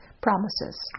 promises